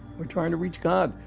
we're trying to reach god,